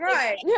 Right